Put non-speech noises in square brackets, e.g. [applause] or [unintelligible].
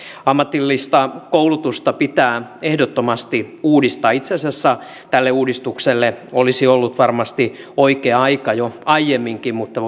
ammatillista koulutusta pitää ehdottomasti uudistaa itse asiassa tälle uudistukselle olisi ollut varmasti oikea aika jo aiemminkin mutta [unintelligible]